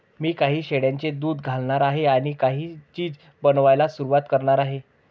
मी काही शेळ्यांचे दूध घालणार आहे आणि काही चीज बनवायला सुरुवात करणार आहे